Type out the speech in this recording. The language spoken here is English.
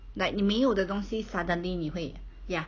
like 你没有的东西 suddenly 你会 ya